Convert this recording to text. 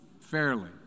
fairly